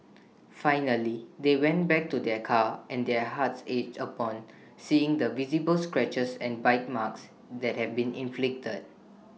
finally they went back to their car and their hearts ached upon seeing the visible scratches and bite marks that had been inflicted